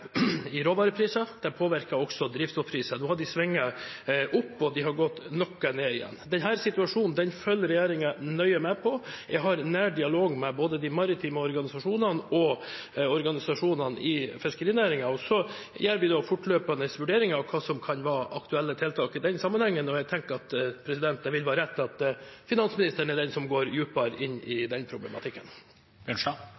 råvarepriser. Det påvirker også drivstoffprisene. Nå har de svingt opp, og de har gått noe ned igjen. Denne situasjonen følger regjeringen nøye med på. Jeg har nær dialog med både de maritime organisasjonene og organisasjonene i fiskerinæringen. Så gjør vi fortløpende vurderinger av hva som kan være aktuelle tiltak i den sammenhengen. Jeg tenker at det vil være rett at finansministeren er den som går dypere inn i